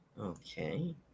Okay